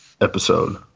episode